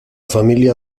familia